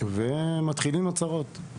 ועם זה מתחילות הצרות.